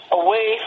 away